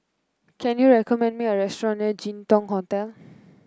can you recommend me a restaurant near Jin Dong Hotel